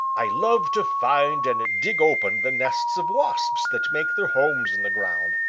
i love to find and dig open the nests of wasps that make their homes in the ground,